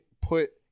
put